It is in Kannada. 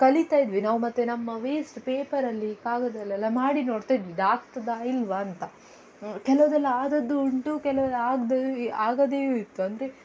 ಕಲಿತಾಯಿದ್ವಿ ನಾವು ಮತ್ತೆ ನಮ್ಮ ವೇಸ್ಟ್ ಪೇಪರಲ್ಲಿ ಕಾಗದ್ದಲ್ಲೆಲ್ಲ ಮಾಡಿ ನೋಡ್ತಾಯಿದ್ವಿ ಇದಾಗ್ತದೋ ಇಲ್ವ ಅಂತ ಕೆಲವೆಲ್ಲ ಆದದ್ದು ಉಂಟು ಕೆಲವೆಲ್ಲ ಆಗದೇಯೂ ಆಗದೆಯೂ ಇತ್ತು ಅಂದರೆ